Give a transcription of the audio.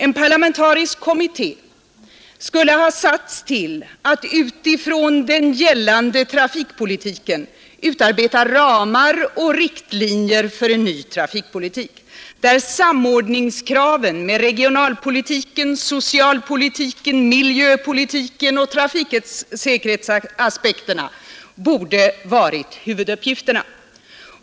En parlamentarisk kommitté skulle ha satts att utifrån den gällande trafikpolitiken utarbeta ramar och riktlinjer för en ny trafikpolitik, där samordningskravet med regionalpolitiken, socialpolitiken, miljöpolitiken och trafiksäkerhetsaspekterna borde ha varit huvuduppgifterna.